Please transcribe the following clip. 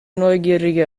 neugierige